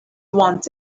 want